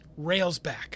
Railsback